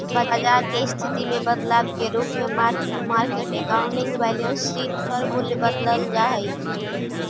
बाजार के स्थिति में बदलाव के रूप में mark to market accounting balance sheet पर मूल्य बदलल जा हई